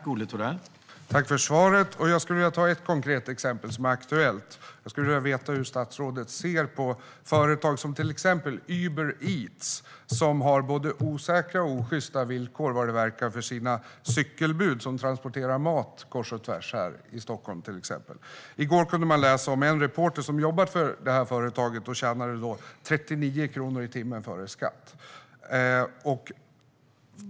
Herr talman! Jag tackar för svaret. Jag skulle vilja ta ett konkret exempel som är aktuellt. Jag skulle vilja veta hur statsrådet ser på företag som exempelvis Uber Eats, som verkar ha både osäkra och osjysta villkor för sina cykelbud, vilka transporterar mat kors och tvärs här i Stockholm till exempel. I går kunde man läsa om en reporter som jobbat för det här företaget och då tjänade 39 kronor i timmen före skatt.